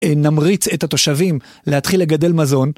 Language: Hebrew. אה, נמריץ את התושבים להתחיל לגדל מזון.